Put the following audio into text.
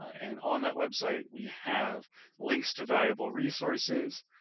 and on that website, we have links to valuable resources,